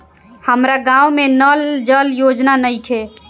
हमारा गाँव मे नल जल योजना नइखे?